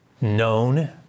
known